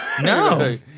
No